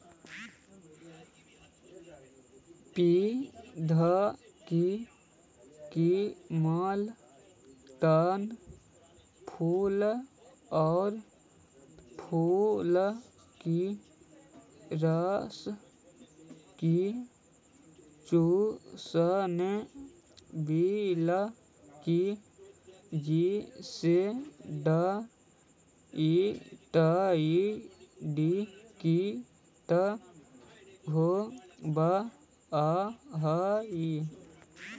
पौधों के कोमल तना, फूल और फल के रस को चूसने वाले की जैसिड इत्यादि कीट होवअ हई